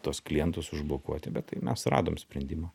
tuos klientus užblokuoti bet tai mes radom sprendimą